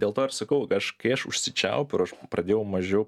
dėl to ir sakau aš kai aš užsičiaupiu ir aš pradėjau mažiau